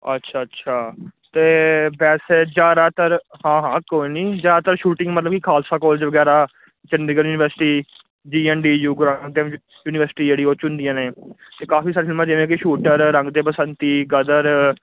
ਅੱਛਾ ਅੱਛਾ ਅਤੇ ਵੈਸੇ ਜ਼ਿਆਦਾਤਰ ਹਾਂ ਹਾਂ ਕੋਈ ਨਹੀਂ ਜ਼ਿਆਦਾਤਰ ਸ਼ੂਟਿੰਗ ਮਤਲਬ ਕਿ ਖਾਲਸਾ ਕੋਲਜ ਵਗੈਰਾ Chandigarh university G N D you university ਜਿਹੜੀ ਉਹ 'ਚ ਹੁੰਦੀਆਂ ਨੇ ਅਤੇ ਕਾਫੀ ਸਾਰੀਆਂ ਫਿਲਮਾਂ ਜਿਵੇਂ ਕਿ ਸ਼ੂਟਰ ਰੰਗ ਦੇ ਬਸੰਤੀ ਗ਼ਦਰ